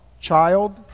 child